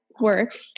work